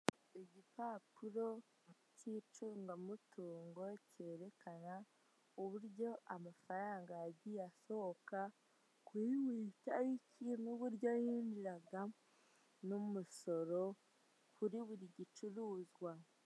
Igipapuro cy'icungamutungo cyerekana uburyo amafaranga yagiye asohoka kuri buri tariki n'uburyo yinjiraga n'umusoro kuri buri gicuruzwa .